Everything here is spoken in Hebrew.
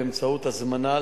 באמצעות הזמנה,